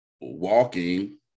walking